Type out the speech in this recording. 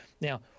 Now